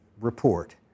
report